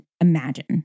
imagine